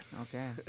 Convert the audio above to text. Okay